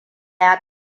ya